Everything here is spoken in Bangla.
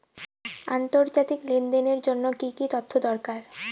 আন্তর্জাতিক লেনদেনের জন্য কি কি তথ্য দরকার?